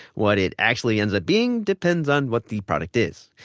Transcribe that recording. what it actually ends up being depends on what the product is.